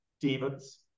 Demons